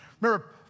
Remember